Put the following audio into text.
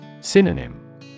Synonym